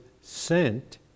sent